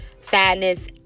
sadness